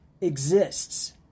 exists